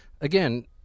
again